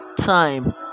time